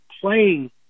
playing